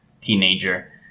teenager